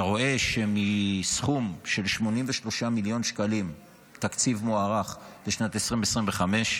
אתה רואה שמסכום של 83 מיליון שקלים תקציב מוערך לשנת 2025,